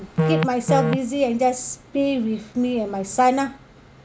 keep myself busy and just be with me and my son lah